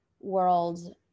world